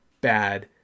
bad